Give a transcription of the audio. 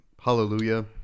Hallelujah